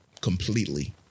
completely